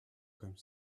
comme